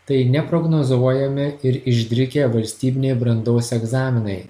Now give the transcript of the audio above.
tai neprognozuojami ir išdrikę valstybiniai brandos egzaminai